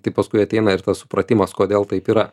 tai paskui ateina ir tas supratimas kodėl taip yra